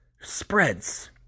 spreads